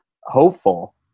hopeful